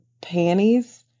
panties